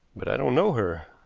but i don't know her.